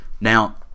Now